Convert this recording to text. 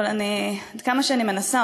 אבל עד כמה שאני מנסה,